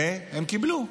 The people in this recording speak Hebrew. והם קיבלו.